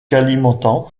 kalimantan